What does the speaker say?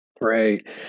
Right